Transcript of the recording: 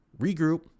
regroup